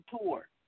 tour